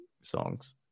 songs